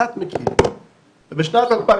בשנת 2000,